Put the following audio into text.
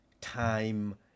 time